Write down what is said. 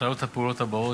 נכללות הפעולות הבאות,